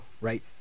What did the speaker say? right